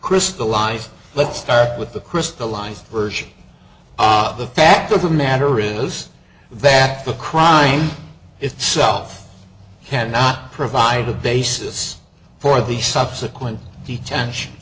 crystallized let's start with the crystalline version the fact of the matter is that the crying itself cannot provide a basis for the subsequent detention